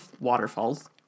waterfalls